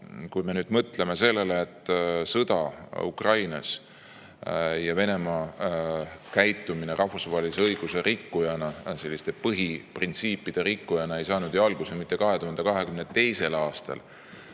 Kui me mõtleme sellele, et sõda Ukrainas ja Venemaa käitumine rahvusvahelise õiguse põhiprintsiipide rikkujana ei saanud algust mitte 2022. aastal,